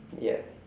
ya